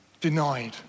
denied